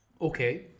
Okay